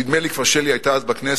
ונדמה לי ששלי כבר היתה אז בכנסת,